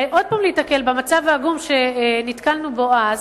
עוד פעם להיתקל במצב העגום שנתקלנו בו אז,